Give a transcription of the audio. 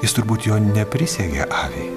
jis turbūt jo neprisegė aviai